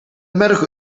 medical